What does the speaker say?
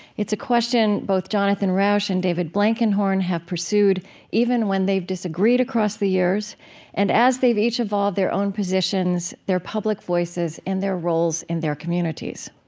it's a question both jonathan rauch and david blankenhorn have pursued even when they've disagreed across the years and as they've each evolved their own positions, their public voices, and their roles in their communities.